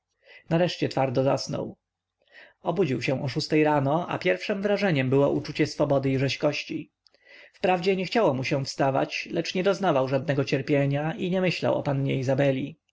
nareszcie twardo zasnął obudził się o szóstej rano a pierwszem wrażeniem było uczucie swobody i rzeźkości wprawdzie nie chciało mu się wstawać lecz nie doznawał żadnego cierpienia i nie myślał o pannie izabeli